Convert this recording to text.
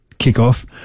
kick-off